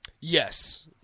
Yes